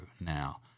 now